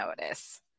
notice